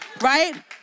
right